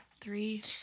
three